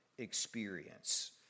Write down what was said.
experience